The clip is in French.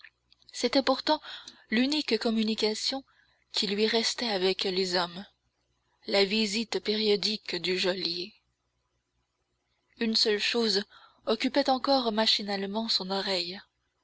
c'était pourtant l'unique communication qui lui restât avec les hommes la visite périodique du geôlier une seule chose occupait encore machinalement son oreille